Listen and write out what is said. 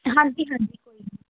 ਹਾਂਜੀ ਹਾਂਜੀ ਕੋਈ ਨਹੀਂ